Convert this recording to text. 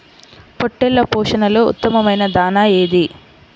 పొట్టెళ్ల పోషణలో ఉత్తమమైన దాణా ఏది?